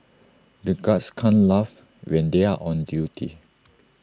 the guards can't laugh when they are on duty